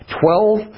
Twelve